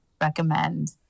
recommend